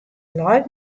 leit